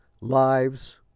lives